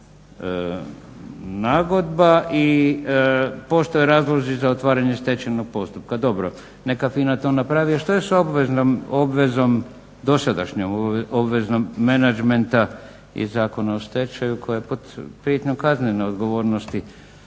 nagodba. I postoje razlozi za otvaranje stečajnog postupka. Dobro, neka FINA to napravi, a što je sa obvezom dosadašnjom obvezom menadžmenta i Zakona o stečaju koja je pod prijetnjom kaznene odgovornosti